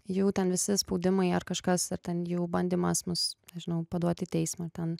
jau ten visi spaudimui ar kažkas ar ten jau bandymas mus nežinau paduot į teismą ten